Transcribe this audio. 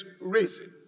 reason